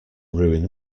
ruin